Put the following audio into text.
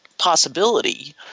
Possibility